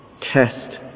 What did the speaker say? Test